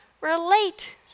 relate